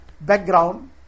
background